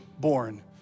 born